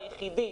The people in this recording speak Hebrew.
היחידי,